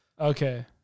Okay